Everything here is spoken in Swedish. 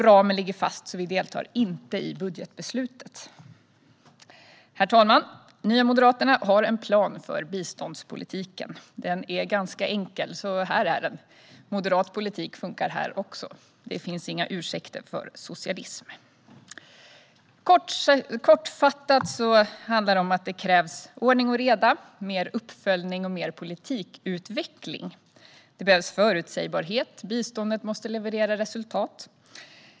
Ramen ligger fast, så vi deltar inte i budgetbeslutet. Herr talman! Nya Moderaterna har en plan för biståndspolitiken. Den är ganska enkel. Så här låter den: Moderat politik funkar här också. Det finns inga ursäkter för socialism. Kortfattat handlar det om att det krävs ordning och reda, mer uppföljning och mer politikutveckling. Det behövs förutsägbarhet. Biståndet måste leverera resultat.